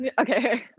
Okay